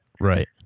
Right